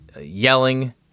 yelling